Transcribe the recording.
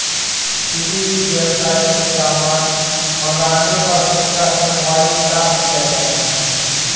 किसी भी वेबसाईट से सामान मंगाने पर उसका इन्वॉइस साथ दिया जाता है